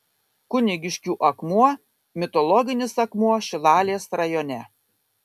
kunigiškių akmuo mitologinis akmuo šilalės rajone